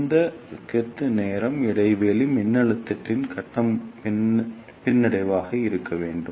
இந்த இந்த கொத்து நேரம் இடைவெளி மின்னழுத்தத்தின் கட்டம் பின்னடைவாக இருக்க வேண்டும்